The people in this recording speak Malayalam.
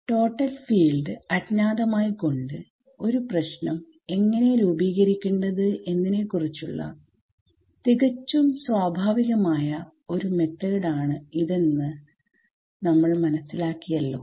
ടോട്ടൽ ഫീൽഡ് അജ്ഞാതമായി കൊണ്ട് ഒരു പ്രശ്നം എങ്ങനെ രൂപീകരിക്കേണ്ടത് എന്നിനെ കുറിച്ചുള്ള തികച്ചും സ്വഭാവികമായ ഒരു മെത്തേഡ് ആണ് ഇതെന്ന് നമ്മൾ മനസ്സിലാക്കിയല്ലോ